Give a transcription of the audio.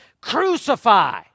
crucify